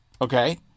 okay